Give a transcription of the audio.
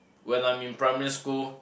when I'm in primary school